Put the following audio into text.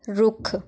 ਰੁੱਖ